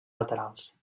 laterals